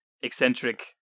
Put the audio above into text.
eccentric